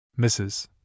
Mrs